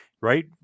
right